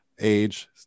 age